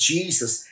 Jesus